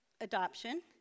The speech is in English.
adoption